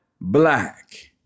Black